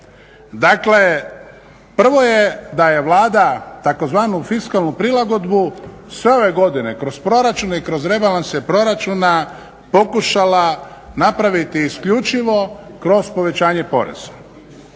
Dakle, prvo je da je Vlada tzv. fiskalnu prilagodbu sve ove godine kroz proračune i kroz rebalanse proračuna pokušala napraviti isključivo kroz povećanje poreza.